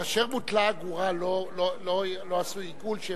כאשר בוטלה האגורה לא עשו עיגול?